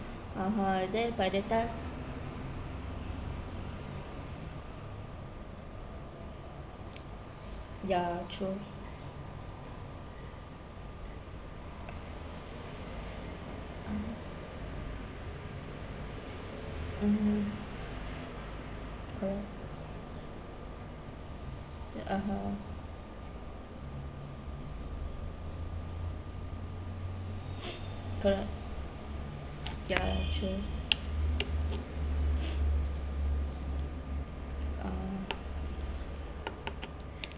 (uh huh) then by that time ya true mmhmm cor~ ya (uh huh) cor~ ya true uh